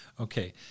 Okay